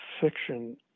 fiction